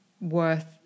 worth